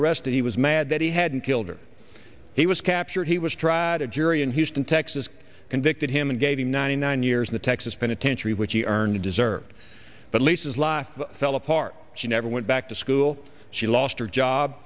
arrested he was mad that he hadn't killed her he was captured he was tried a jury in houston texas convicted him and gave him ninety nine years in the texas penitentiary which he earned deserved but lisa's life fell apart she never went back to school she lost her job